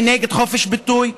היא נגד חופש ביטוי,